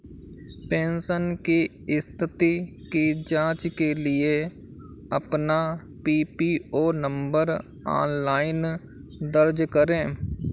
pension की स्थिति की जांच के लिए अपना पीपीओ नंबर ऑनलाइन दर्ज करें